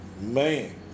Man